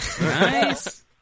Nice